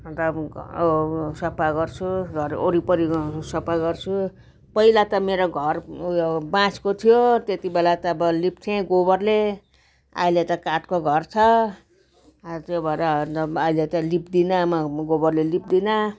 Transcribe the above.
अन्त अब सफा गर्छु घर वरिपरि सफा गर्छु पहिला त मेरो घर उयो बाँसको थियो त्यतिबेला त अब लिप्थेँ गोबरले अहिले त काठको घर छ त्यो भएर अन्त अहिले त लिप्दिनँ म म गोबरले लिप्दिनँ